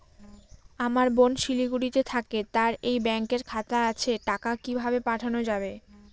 আমার বোন শিলিগুড়িতে থাকে তার এই ব্যঙকের খাতা আছে টাকা কি ভাবে পাঠানো যাবে?